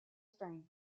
strength